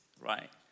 right